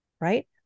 right